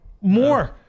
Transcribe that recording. more